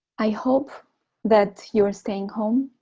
i hope that you are staying home,